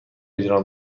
اجرا